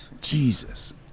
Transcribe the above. jesus